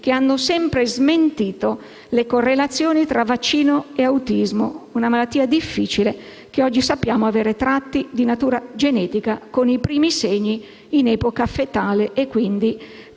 che hanno sempre smentito le correlazioni tra vaccinazioni e autismo, una malattia difficile che oggi sappiamo avere tratti di natura genetica, con i primi segni in epoca fetale e quindi